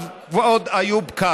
אני חוזר עכשיו, כבוד השר איוב קרא,